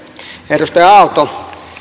edustaja aalto